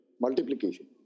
multiplication